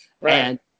Right